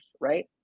right